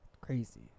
crazy